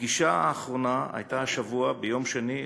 הפגישה האחרונה הייתה השבוע ביום שני,